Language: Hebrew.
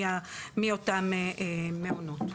מי אותם מעונות.